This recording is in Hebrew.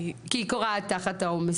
כי היא קורסת תחת העומס.